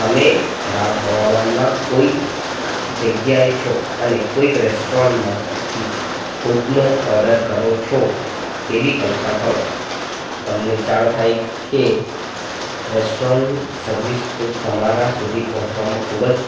તમે ખરાબ હવામાનમાં કોઈ જગ્યાએ છો અને કોઈક રેસ્ટોરન્ટમાંથી ફૂડનો ઓડર કરો છો તેવી કલ્પના કરો તમને જાણ થાય કે રેસ્ટોરન્ટ સર્વિસ ફૂડ તમારા સુધી પહોંચવામાં ખૂબ જ